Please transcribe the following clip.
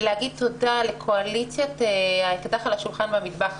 להגיד תודה לקואליציית "האקדח על השולחן במטבח",